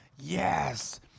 yes